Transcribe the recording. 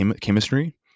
chemistry